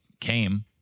came